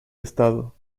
estado